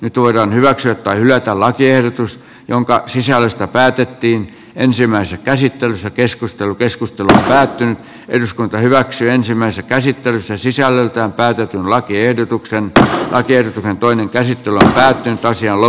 nyt voidaan hyväksyä tai hylätä lakiehdotus jonka sisällöstä päätettiin ensimmäisessä käsittelyssä keskustelu keskustelu päättyy eduskunta hyväksyy ensimmäistä käsittelyssä sisällöltään päätetyn lakiehdotuksen d arcier toinen käsittely pitäisi olla